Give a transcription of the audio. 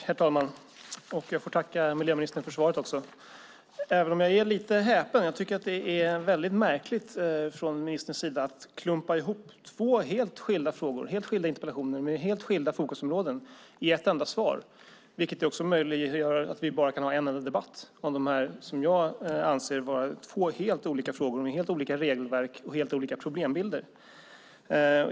Herr talman! Jag får tacka miljöministern för svaret, även om jag är lite häpen. Jag tycker det är märkligt från ministerns sida att klumpa ihop två helt skilda interpellationer med helt skilda fokusområden i ett enda svar, vilket gör att vi bara kan ha en enda debatt om dessa, som jag anser, två helt skilda frågor gällande helt olika regelverk och helt olika problembilder.